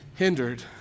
Hindered